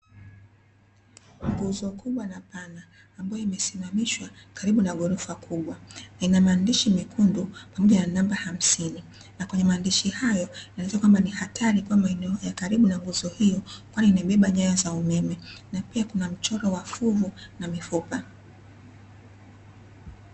Nguzo kubwa na pana ambayo, imesimamishwa karibu na ghorofa kubwa, ina maandishi mekundu pamoja na namba hamsini, na kwenye maandishi hayo inaeleza kwamba ni hatari kuwa maeneo ya karibu na nguzo hiyo, kwani imebeba nyaya za umeme na pia kuna mchoro wa fuvu na mifupa.